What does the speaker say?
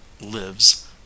Lives